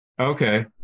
Okay